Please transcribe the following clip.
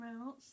else